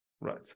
Right